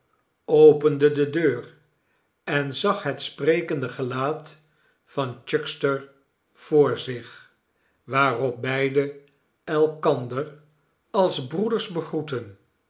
opende de deur en zag het sprekende gelaat van chuckster voor zich waarop beide elkander als breeders begroetten